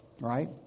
right